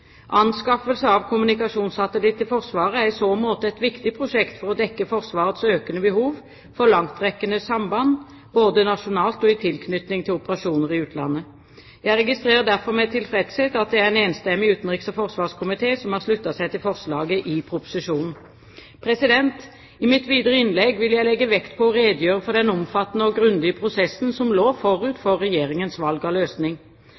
Anskaffelse av kommunikasjonssatellitt til Forsvaret er i så måte et viktig prosjekt for å dekke Forsvarets økende behov for langtrekkende samband, både nasjonalt og i tilknytning til operasjoner i utlandet. Jeg registrerer derfor med tilfredshet at det er en enstemmig utenriks- og forsvarskomité som har sluttet seg til forslaget i proposisjonen. I mitt videre innlegg vil jeg legge vekt på å redegjøre for den omfattende og grundige prosessen som lå forut for Regjeringens valg av løsning.